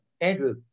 Andrew